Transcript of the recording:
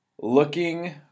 looking